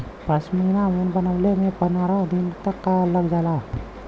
पश्मीना ऊन बनवले में पनरह दिन तक लग जाला